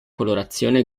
colorazione